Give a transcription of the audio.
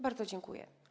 Bardzo dziękuję.